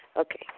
Okay